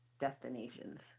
destinations